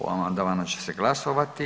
O amandmanu će se glasovati.